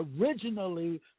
Originally